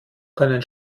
können